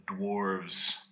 dwarves